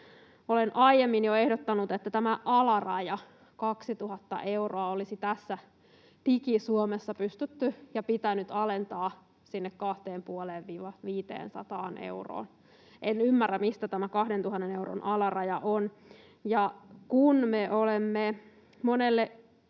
Olen jo aiemmin ehdottanut, että tämä alaraja, 2 000 euroa, olisi tässä digi-Suomessa pystytty ja pitänyt alentaa sinne 250—500 euroon. En ymmärrä, mistä tämä 2 000 euron alaraja on, kun me olemme monelle